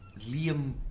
Liam